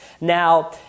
Now